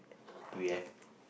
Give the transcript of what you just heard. we have